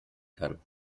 kann